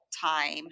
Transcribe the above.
time